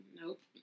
nope